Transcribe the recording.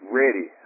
ready